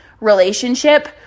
relationship